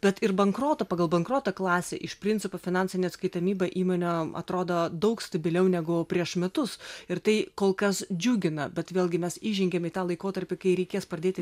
tad ir bankroto pagal bankroto klasę iš principo finansinė atskaitomybė įmonėm atrodo daug stabiliau negu prieš metus ir tai kol kas džiugina bet vėlgi mes įžengėm į tą laikotarpį kai reikės pradėti